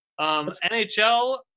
NHL